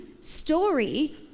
story